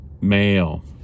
male